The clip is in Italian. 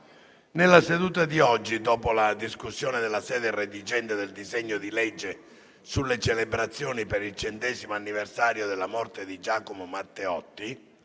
Nella seduta di oggi, dopo la discussione dalla sede redigente del disegno di legge sulle celebrazioni per il centesimo anniversario della morte di Giacomo Matteotti,